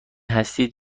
هستید